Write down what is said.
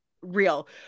real